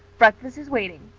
breakfast is waiting.